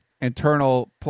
internal